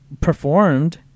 performed